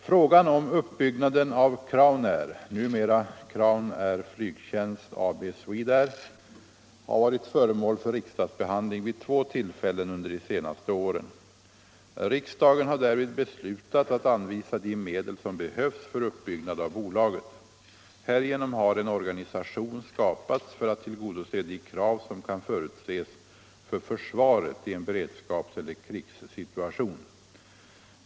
Frågan om uppbyggnaden av Crownair — numera Crownair Flygtjänst AB Swedair — har varit föremål för riksdagsbehandling vid två tillfällen under de senaste åren. Riksdagen har därvid beslutat att anvisa de medel som behövs för uppbyggnad av bolaget. Härigenom har en organisation skapats för att tillgodose de krav som kan förutses för försvaret i en beredskapseller krigssituation.